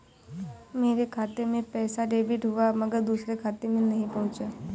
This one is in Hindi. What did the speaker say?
मेरे खाते से पैसा डेबिट हुआ मगर दूसरे खाते में नहीं पंहुचा